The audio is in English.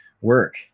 work